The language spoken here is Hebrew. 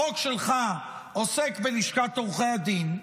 החוק שלך עוסק בלשכת עורכי הדין,